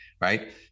Right